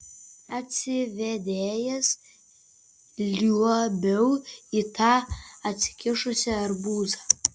atsivėdėjęs liuobiau į tą atsikišusį arbūzą